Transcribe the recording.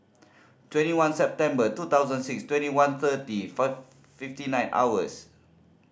twenty one September two thousand six twenty one thirty fifty nine hours